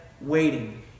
waiting